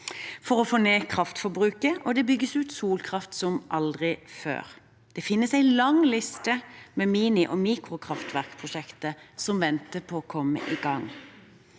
for å få ned kraftforbruket, og det bygges ut solkraft som aldri før. Det finnes en lang liste med mini- og mikrokraftverkprosjekter som venter på å komme i gang.